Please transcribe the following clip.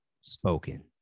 spoken